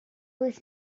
was